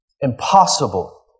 impossible